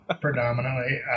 predominantly